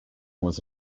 was